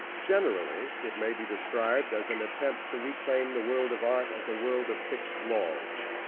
generally, it may be described as an attempt to reclaim the world of art as a world of fixed laws,